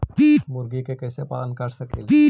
मुर्गि के कैसे पालन कर सकेली?